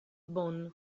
bonn